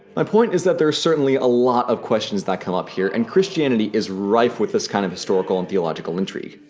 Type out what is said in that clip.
my point is that there's certainly a lot of questions that come up here, and christianity is rife with this kind of historical and theological intrigue.